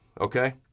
okay